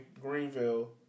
Greenville